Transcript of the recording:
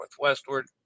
northwestward